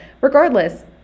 regardless